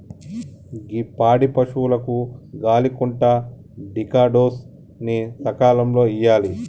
గీ పాడి పసువులకు గాలి కొంటా టికాడోస్ ని సకాలంలో ఇయ్యాలి